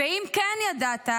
ואם כן ידעת,